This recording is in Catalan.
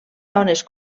dones